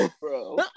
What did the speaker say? Bro